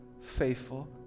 faithful